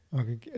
okay